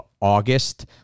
august